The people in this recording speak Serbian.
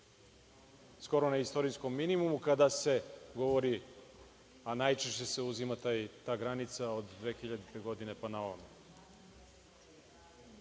skoro na istorijskom minimumu kada se govori, a najčešće se uzima ta granica od 2000. godine pa na